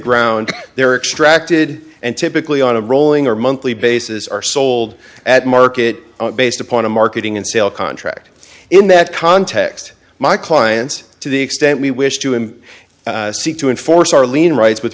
ground there extracted and typically on a rolling or monthly basis are sold at market based upon a marketing and sale contract in that context my clients to the extent we wish to him seek to enforce our lien rights with